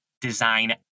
design